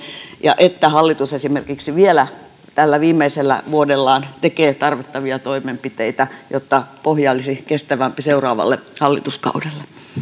ja että hallitus esimerkiksi vielä tällä viimeisellä vuodellaan tekee tarvittavia toimenpiteitä jotta pohja olisi kestävämpi seuraavalle hallituskaudelle